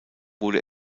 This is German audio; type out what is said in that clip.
wurde